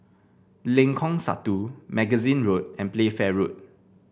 Lengkong Satu Magazine Road and Playfair Road